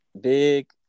big